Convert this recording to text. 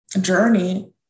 journey